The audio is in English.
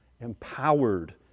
empowered